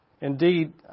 Indeed